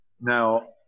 Now